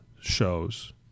shows